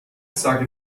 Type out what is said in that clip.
sage